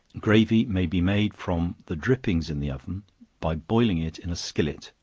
gravy may be made from the drippings in the oven by boiling it in a skillet,